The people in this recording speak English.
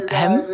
hem